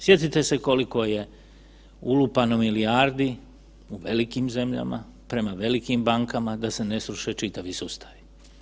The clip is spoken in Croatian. Sjetite se koliko je ulupano milijardi u velikim zemljama, prema velikim bankama, da se ne sruše čitavi sustavi.